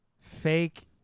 Fake